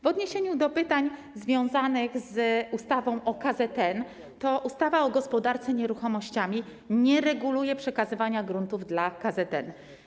W odniesieniu do pytań związanych z ustawą o KZN, to ustawa o gospodarce nieruchomościami nie reguluje przekazywania gruntów dla KZN.